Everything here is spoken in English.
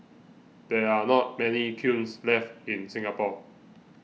there are not many kilns left in Singapore